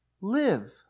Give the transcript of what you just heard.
live